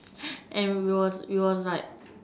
and we were we were like